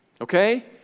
Okay